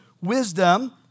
wisdom